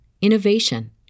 innovation